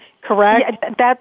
correct